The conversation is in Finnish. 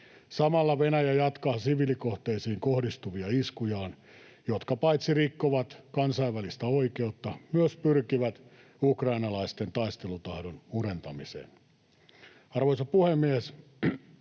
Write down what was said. Samalla Venäjä jatkaa siviilikohteisiin kohdistuvia iskujaan, jotka paitsi rikkovat kansainvälistä oikeutta, myös pyrkivät ukrainalaisten taistelutahdon murentamiseen. Arvoisa puhemies!